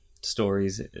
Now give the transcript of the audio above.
stories